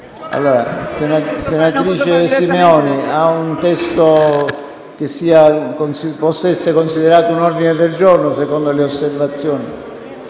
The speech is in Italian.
Senatrice Simeoni, ha un testo che possa essere considerato un ordine del giorno, secondo le osservazioni?